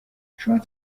شاید